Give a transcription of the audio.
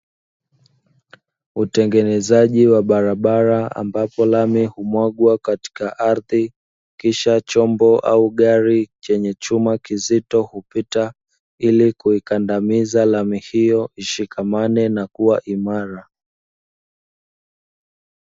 Utengenezaji wa barabara ambapo lami humwagwa katika ardhi, kisha chombo au gari chenye chuma kizito hupita, ili kuikandamiza lami hiyo ishikamane na kuwa imara.